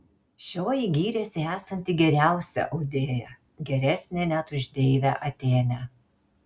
šioji gyrėsi esanti geriausia audėja geresnė net už deivę atėnę